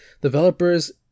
Developers